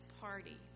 party